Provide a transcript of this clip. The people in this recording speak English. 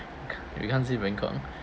you can't say bangkok